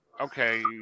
okay